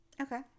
Okay